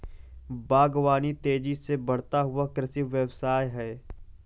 बागवानी तेज़ी से बढ़ता हुआ कृषि व्यवसाय है